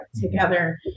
together